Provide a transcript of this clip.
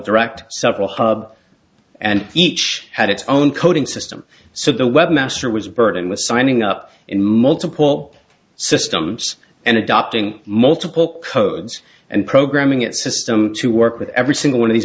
direct several hub and each had its own coding system so the webmaster was burdened with signing up in multiple systems and adopting multiple codes and programming it system to work with every single one of the